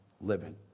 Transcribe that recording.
living